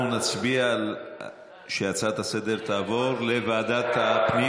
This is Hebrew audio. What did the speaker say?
אנחנו נצביע שההצעה לסדר-היום תעבור, לוועדת הפנים